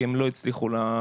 כי הם לא הצליחו להגיע,